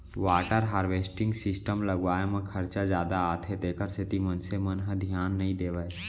water harvesting system लगवाए म खरचा जादा आथे तेखर सेती मनखे मन ह धियान नइ देवय